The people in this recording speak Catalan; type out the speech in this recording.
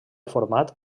format